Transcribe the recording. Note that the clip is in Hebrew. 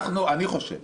אני חושב